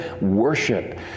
worship